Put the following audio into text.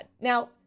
Now